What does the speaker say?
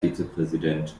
vizepräsident